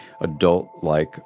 adult-like